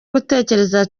gutekereza